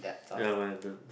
never mind